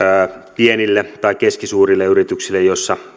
pienille tai keskisuurille yrityksille joissa